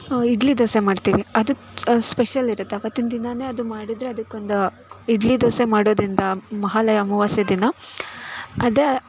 ಹಾಂ ಇಡ್ಲಿ ದೋಸೆ ಮಾಡ್ತೀವಿ ಅದು ಚ್ ಸ್ಪೆಷಲ್ ಇರುತ್ತೆ ಅವತ್ತಿನ ದಿನವೇ ಮಾಡಿದರೆ ಅದಕೊಂದು ಇಡ್ಲಿ ದೋಸೆ ಮಾಡೋದರಿಂದ ಮಹಾಲಯ ಅಮಾವಾಸ್ಯೆ ದಿನ ಅದು